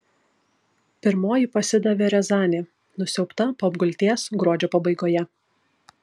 pirmoji pasidavė riazanė nusiaubta po apgulties gruodžio pabaigoje